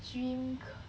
dream